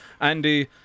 Andy